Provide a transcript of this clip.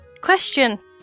Question